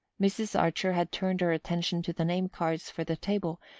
mrs. archer had turned her attention to the name-cards for the table,